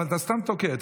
אתה סתם תוקף,